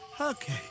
Okay